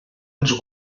ens